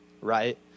right